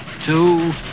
two